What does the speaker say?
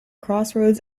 crossroads